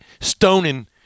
stoning